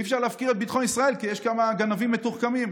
אי-אפשר להפקיר את ביטחון ישראל כי יש כמה גנבים מתוחכמים.